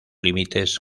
límites